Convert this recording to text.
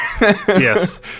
Yes